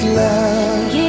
love